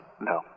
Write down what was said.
no